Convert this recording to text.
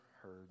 heard